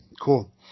cool